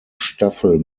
staffel